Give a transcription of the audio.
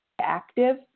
active